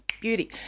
Beauty